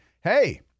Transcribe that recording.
hey